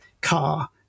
car